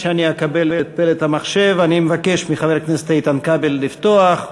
עד שאני אקבל את פלט המחשב אני מבקש מחבר הכנסת איתן כבל לפתוח,